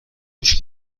گوش